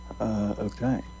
Okay